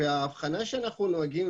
ההבחנה שאנחנו נוהגים,